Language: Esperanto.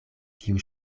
kiu